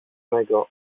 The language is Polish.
mego